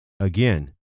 Again